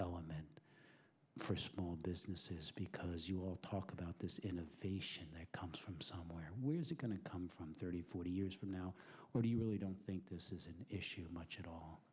element for small businesses because you all talk about this in a comes from somewhere where is it going to come from thirty forty years from now when do you really don't think this is an issue much at all